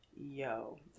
Yo